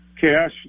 cash